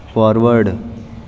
forward